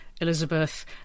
Elizabeth